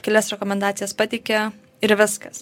kelias rekomendacijas pateikia ir viskas